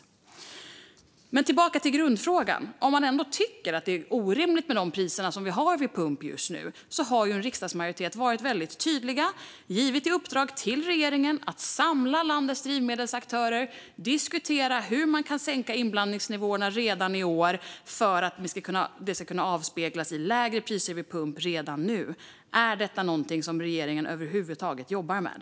Jag går tillbaka till grundfrågan. Om man ändå tycker att det är orimligt med de priser vi har vid pump just nu kan man notera att en riksdagsmajoritet har varit väldigt tydlig och gett regeringen i uppdrag att samla landets drivmedelsaktörer och diskutera hur de kan sänka inblandningsnivåerna redan i år för att vi ska kunna se lägre priser vid pump redan nu. Är detta någonting som regeringen över huvud taget jobbar med?